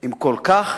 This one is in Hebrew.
עם כל כך